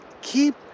keep